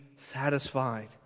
satisfied